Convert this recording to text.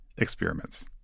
experiments